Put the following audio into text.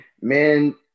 men